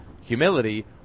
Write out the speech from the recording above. humility